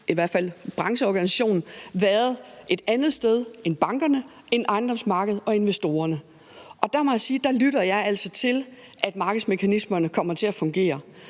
i hvert fald brancheorganisationen, været et andet sted end bankerne, ejendomsmarkedet og investorerne. Jeg må sige, at der lytter jeg altså til, at markedsmekanismerne kommer til at fungere.